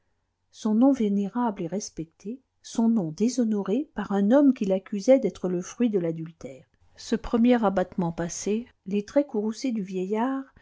son nom vénérable et respecté son nom déshonoré par un homme qu'il accusait d'être le fruit de l'adultère ce premier abattement passé les traits courroucés du vieillard